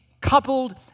coupled